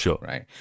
Right